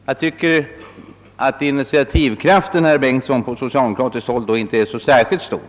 Jag tycker, herr Bengtsson i Varberg, att initiativkraften på socialdemokratiskt håll då inte är så särskilt stor.